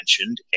mentioned